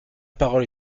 parole